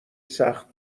سخت